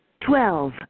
twelve